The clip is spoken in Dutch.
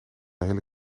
hele